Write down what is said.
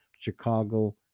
Chicago